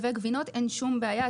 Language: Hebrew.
אין שום בעיה לייבא עכשיו גבינות,